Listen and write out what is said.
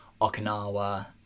Okinawa